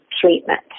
treatment